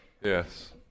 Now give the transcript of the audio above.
Yes